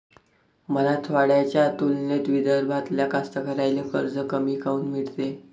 मराठवाड्याच्या तुलनेत विदर्भातल्या कास्तकाराइले कर्ज कमी काऊन मिळते?